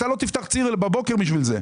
אתה לא תפתח ציר בבוקר בשביל זה.